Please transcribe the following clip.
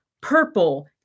purple